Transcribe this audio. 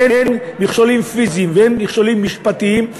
הן מכשולים פיזיים והן מכשולים משפטיים,